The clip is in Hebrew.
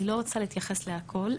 אני לא רוצה להתייחס לכול.